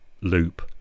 loop